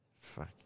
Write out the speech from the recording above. Fuck